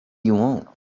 you